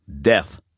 Death